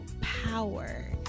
power